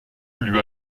lui